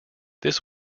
this